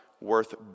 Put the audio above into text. worth